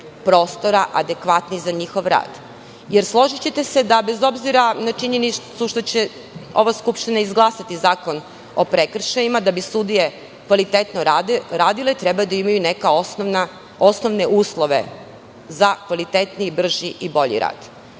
prostora, adekvatni za njihov rad? Složićete se da bez obzira na činjenicu što će ova skupština izglasati zakon o prekršajima, da bi sudije kvalitetno radile treba da imaju neke osnovne uslove za kvalitetniji brži i bolji rad. Znam